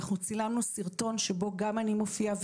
אנחנו צילמנו סרטון שבו גם אני מופיעה,